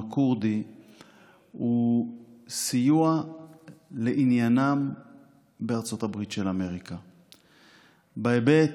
הכורדי הוא סיוע לעניינם בארצות הברית של אמריקה בהיבט,